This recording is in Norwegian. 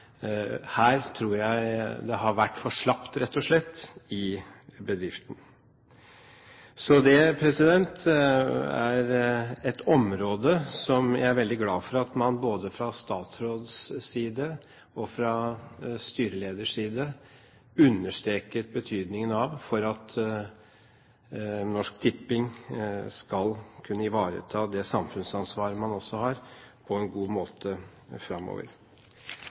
Her tror jeg det rett og slett har vært for slapt i bedriften. Det er et område som jeg er veldig glad for at man både fra statsråds side og fra styreleders side understreket betydningen av, for at Norsk Tipping skal kunne ivareta det samfunnsansvar man også har på en god måte framover.